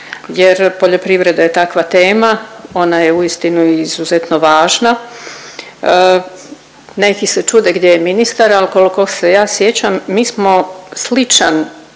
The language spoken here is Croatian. jer poljoprivreda je takva tema, ona je uistinu i izuzetno važna. Neki se čude gdje je ministar, al kolko se ja sjećam mi smo sličan